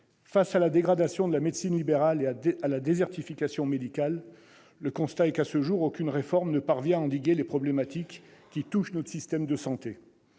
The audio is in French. face à la dégradation de la médecine libérale et à la désertification médicale, le constat est qu'à ce jour aucune réforme ne parvient à endiguer les problématiques touchant notre système de santé.